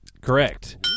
Correct